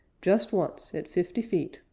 just once, at fifty feet,